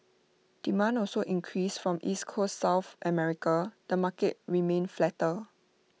demand also increased from East Coast south America the market remained flatter